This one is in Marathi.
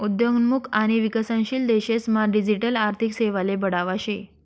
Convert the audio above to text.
उद्योन्मुख आणि विकसनशील देशेस मा डिजिटल आर्थिक सेवाले बढावा शे